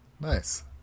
Nice